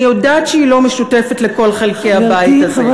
אני יודעת שהיא לא משותפת לכל חלקי הבית הזה,